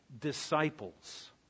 disciples